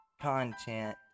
content